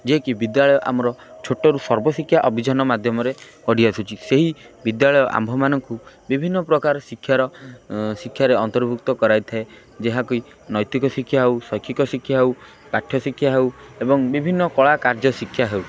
ଯିଏକି ବିଦ୍ୟାଳୟ ଆମର ଛୋଟରୁ ସର୍ବଶିକ୍ଷା ଅଭିଯାନ ମାଧ୍ୟମରେ ପଢ଼ି ଆସୁଛି ସେହି ବିଦ୍ୟାଳୟ ଆମ୍ଭମାନଙ୍କୁ ବିଭିନ୍ନ ପ୍ରକାର ଶିକ୍ଷାର ଶିକ୍ଷାରେ ଅନ୍ତର୍ଭୁକ୍ତ କରାଇଥାଏ ଯାହାକି ନୈତିକ ଶିକ୍ଷା ହେଉ ଶୈକ୍ଷିକ ଶିକ୍ଷା ହେଉ ପାଠ୍ୟ ଶିକ୍ଷା ହେଉ ଏବଂ ବିଭିନ୍ନ କଳା କାର୍ଯ୍ୟ ଶିକ୍ଷା ହେଉ